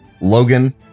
Logan